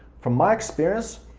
from my experience,